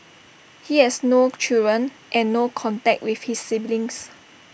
he has no children and no contact with his siblings